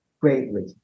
greatly